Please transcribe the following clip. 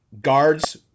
guards